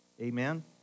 Amen